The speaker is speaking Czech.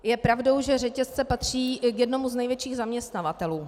Je pravdou, že řetězce patří k jednomu z největších zaměstnavatelů.